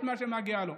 את מה שמגיע לו.